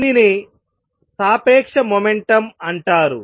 దీనిని సాపేక్ష మొమెంటం అంటారు